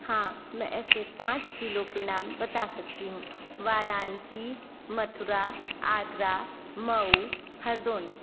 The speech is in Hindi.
हाँ मैं ऐसे पाँच ज़िलों के नाम बता सकती हूँ वाराणसी मथुरा आग्रा मऊ हरदोइ